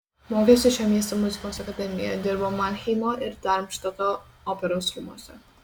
mokėsi šio miesto muzikos akademijoje dirbo manheimo ir darmštato operos rūmuose